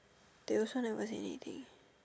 Wilson never say anything